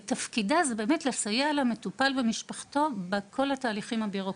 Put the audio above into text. ותפקידה זה לסייע למטופל ולמשפחתו בכל העניינים הבירוקרטיים: